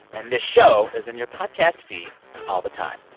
and this show is in your podcast feed all the time.